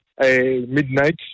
midnight